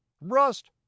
Rust